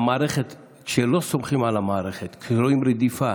כשלא סומכים על המערכת, כשרואים רדיפה